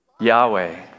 Yahweh